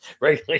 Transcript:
right